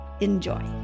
Enjoy